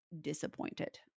disappointed